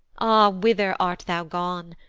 ah! whither art thou gone?